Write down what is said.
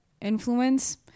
influence